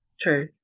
True